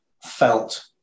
felt